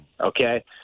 okay